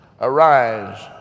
Arise